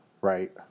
right